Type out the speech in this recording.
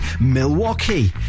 Milwaukee